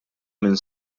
min